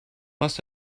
must